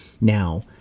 now